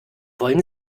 wollen